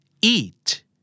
Eat